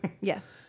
Yes